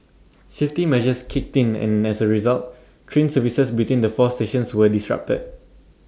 safety measures kicked in and as A result train services between the four stations were disrupted